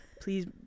please